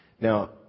Now